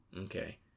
okay